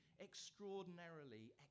extraordinarily